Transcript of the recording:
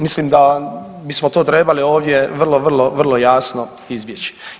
Mislim da bismo to trebali ovdje vrlo, vrlo jasno izbjeći.